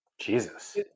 Jesus